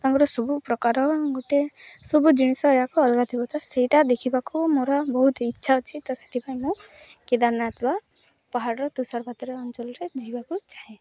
ତାଙ୍କର ସବୁ ପ୍ରକାର ଗୋଟେ ସବୁ ଜିନିଷ ଏହାକୁ ଅଲଗା ଥିବ ତ ସେଇଟା ଦେଖିବାକୁ ମୋର ବହୁତ ଇଚ୍ଛା ଅଛି ତ ସେଥିପାଇଁ ମୁଁ କେଦାରନାଥ ପାହାଡ଼ର ତୁଷାରପାତ ଅଞ୍ଚଳରେ ଯିବାକୁ ଚାହେଁ